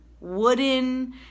wooden